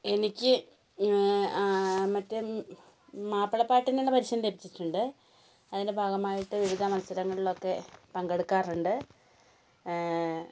എനിക്ക് മറ്റേ മാപ്പിളപ്പാട്ടിന് ഉള്ള പരിശീലനം ലഭിച്ചിട്ടുണ്ട് അതിൻ്റെ ഭാഗമായിട്ട് വിവിധ മത്സരങ്ങളിലൊക്കെ പങ്കെടുക്കാറുണ്ട്